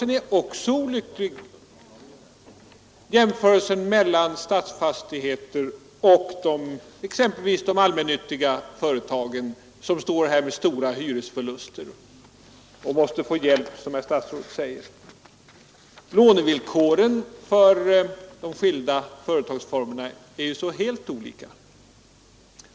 Det är också olämpligt att jämföra AB Stadsfastigheter med exempelvis de allmännyttiga företag som går med stora förluster och måste få hjälp, som statsrådet säger. Lånevillkoren för de skilda företagsformerna är så helt olika.